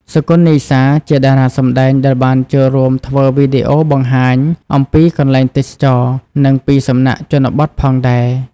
សុគន្ធ និសា ជាតារាសម្តែងដែលបានចូលរួមធ្វើវីដេអូបង្ហាញអំពីកន្លែងទេសចរណ៍ និងពីសំណាក់ជនបទផងដែរ។